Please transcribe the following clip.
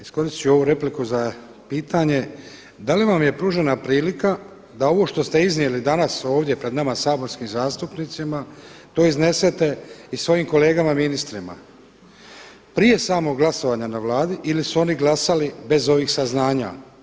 Iskoristit ću ovu repliku za pitanje, da li vam je pružena prilika da ovo što ste iznijeli danas ovdje pred nama saborskim zastupnicima to iznesete i svojim kolegama ministrima prije samog glasovanja na Vladi ili su oni glasali bez ovih saznanja?